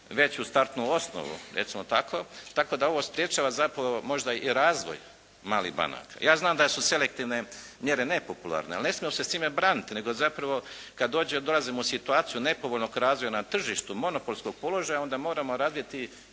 veću startnu osnovu, recimo tako tako da ovo sprječava zapravo možda i razvoj malih banaka. Ja znam da su selektivne mjere nepopularne, ali ne smiju se s time braniti. Nego zapravo kad dolazimo u situaciju nepovoljnog razvoja na tržištu, monopolskog položaja onda moramo razviti